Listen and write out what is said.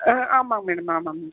ஆ ஆமாம் மேடம் ஆமாம் மேடம்